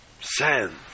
sand